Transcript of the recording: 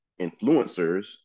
influencers